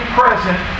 present